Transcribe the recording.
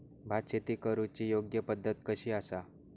भात शेती करुची योग्य पद्धत कशी आसा?